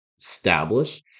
establish